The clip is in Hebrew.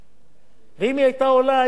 אז היא לא היתה נראית כמו שהיא נראית.